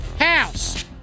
House